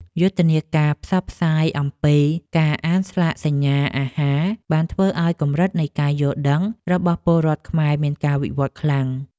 យុទ្ធនាការផ្សព្វផ្សាយអំពីការអានស្លាកសញ្ញាអាហារបានធ្វើឱ្យកម្រិតនៃការយល់ដឹងរបស់ពលរដ្ឋខ្មែរមានការវិវត្តខ្លាំង។